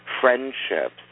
friendships